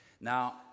Now